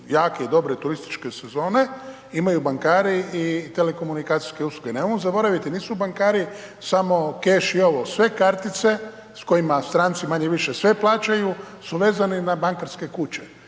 jake i dobre turističke sezone, imaju bankari i telekomunikacijske usluge. Nemojmo zaboraviti, nisu bankari samo keš i ovo, sve kartice, s kojima stranci manje-više sve plaćaju su …/Govornik se ne